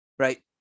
Right